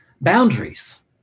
boundaries